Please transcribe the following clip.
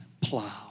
plow